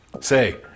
say